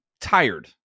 tired